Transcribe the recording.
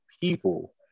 people